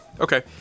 Okay